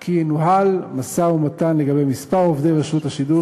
כי ינוהל משא-ומתן לגבי מספר עובדי רשות השידור